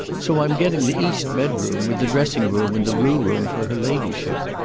so i am getting the east bedroom, with the dressing-room, and the blue room for her ladyship.